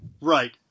Right